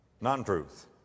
non-truth